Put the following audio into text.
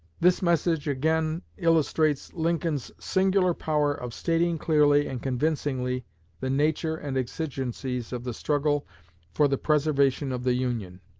this message again illustrates lincoln's singular power of stating clearly and convincingly the nature and exigencies of the struggle for the preservation of the union.